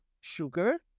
sugar